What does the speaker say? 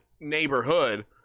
neighborhood